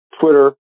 Twitter